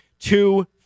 Two